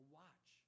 watch